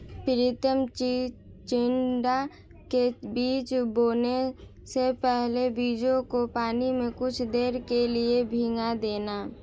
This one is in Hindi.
प्रितम चिचिण्डा के बीज बोने से पहले बीजों को पानी में कुछ देर के लिए भिगो देना